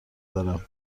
دارم